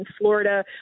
Florida